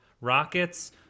rockets